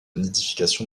nidification